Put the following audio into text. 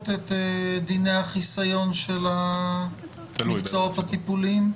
את דיני החיסיון של המקצועות הטיפוליים?